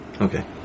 Okay